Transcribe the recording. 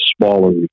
smaller